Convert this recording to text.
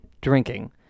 drinking